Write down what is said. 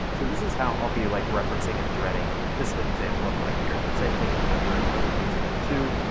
so this is how i'll be like referencing and threading, just an an example of it right here. same thing for february month page forty two.